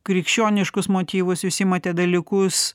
krikščioniškus motyvus jūs imate dalykus